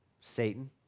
Satan